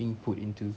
being put into